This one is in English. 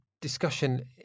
discussion